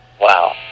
Wow